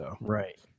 Right